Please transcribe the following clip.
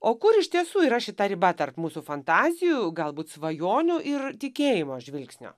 o kur iš tiesų yra šita riba tarp mūsų fantazijų galbūt svajonių ir tikėjimo žvilgsnio